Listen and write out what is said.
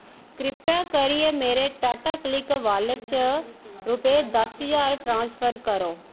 किरपा करियै मेरे टाटाक्लिक वालेट च रपेऽ दस ज्हार ट्रांसफर करो